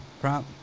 Prop